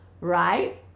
right